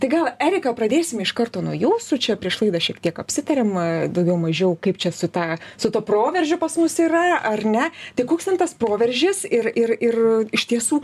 tai gal erika pradėsim iš karto nuo jūsų čia prieš laidą šiek tiek apsitarėm daugiau mažiau kaip čia su tą su tuo proveržiu pas mus yra ar ne tai koks ten tas proveržis ir ir ir iš tiesų